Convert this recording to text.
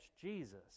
Jesus